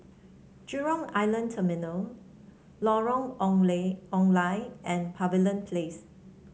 Jurong Island Terminal Lorong Ong Lye and Pavilion Place